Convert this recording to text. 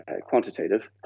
quantitative